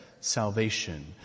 salvation